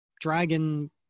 dragon